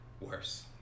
Worse